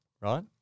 Right